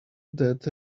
that